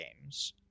games